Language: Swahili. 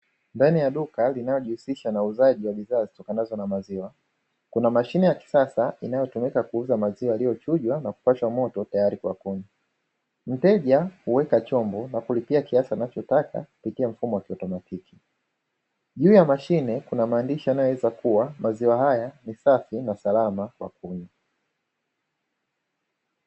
Ndani ya duka linalojihusisha na uuzaji wa bidhaa zitokanazo na maziwa, kuna mashine ya kisasa inayo tumika kuuza maziwa yaliyo chujwa na kupashwa moto tayari kwa kunywa, mteja huweka chombo na kulipia kiasi anachotaka kupitia mfumo wa kielektroniki, juu ya mashine kuna maandishi yanayoweza kuwa maziwa haya ni safi na salama kwa kunywa.